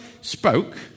spoke